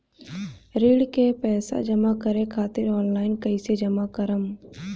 ऋण के पैसा जमा करें खातिर ऑनलाइन कइसे जमा करम?